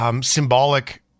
Symbolic